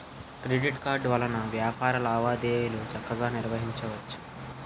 credit card వలన వ్యాపార లావాదేవీలు చక్కగా నిర్వహించవచ్చు